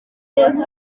ikigo